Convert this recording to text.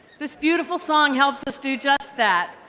this beautiful song helps us do just that.